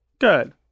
Good